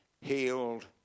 healed